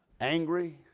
angry